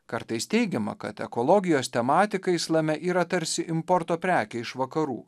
kartais teigiama kad ekologijos tematika islame yra tarsi importo prekė iš vakarų